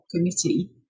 committee